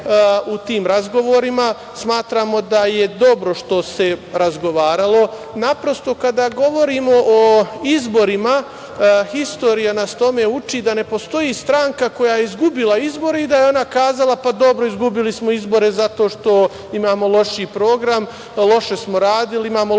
u tim razgovorima. Smatramo da je dobro što se razgovaralo. Naprosto kada govorimo o izborima istorija nas tome uči da ne postoji stranka koja je izgubila izbore i da je ona rekla – pa, dobro izgubili smo izbore zato što imamo lošiji program, loše smo radili, imamo loše kandidate.